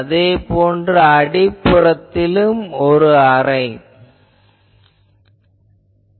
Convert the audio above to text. அதே போன்று அடிப்புறத்திலும் ஒரு ½